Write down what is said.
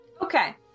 Okay